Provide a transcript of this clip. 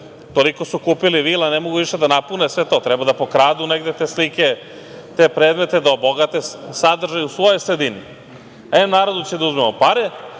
Toliko su kupili vila, ne mogu više da napune sve to. Treba da pokradu negde te slike, te predmete, da obogate sadržaj u svojoj sredini. E, narodu ćemo da uzmemo pare,